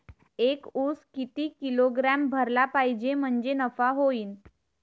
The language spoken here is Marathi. एक उस किती किलोग्रॅम भरला पाहिजे म्हणजे नफा होईन?